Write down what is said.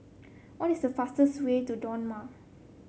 what is the fastest way to Dodoma